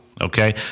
okay